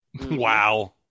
Wow